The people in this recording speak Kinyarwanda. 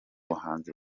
bahanzi